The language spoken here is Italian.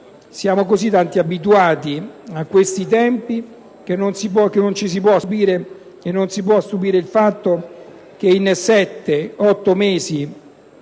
Siamo così tanto abituati a questi tempi che non ci può non stupire il fatto che in sette-otto mesi